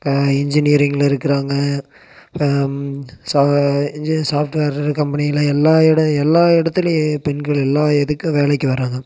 இப்போ இன்ஜினியரிங்கில் இருக்கிறாங்க சா இன்ஜினியர் சாஃப்ட்வெர் கம்பெனியில் எல்லா எட எல்லா இடத்துலையும் பெண்கள் எல்லாம் இதுக்கும் வேலைக்கு வராங்க